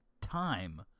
time